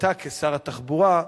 אתה כשר התחבורה,